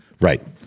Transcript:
Right